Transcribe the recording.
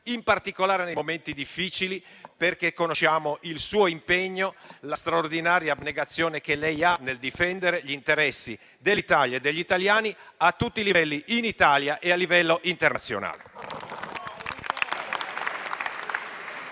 in particolare nei momenti difficili, perché conosciamo il suo impegno e la straordinaria abnegazione che lei ha nel difendere gli interessi dell'Italia e degli italiani a tutti i livelli, in Italia e a livello internazionale.